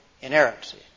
inerrancy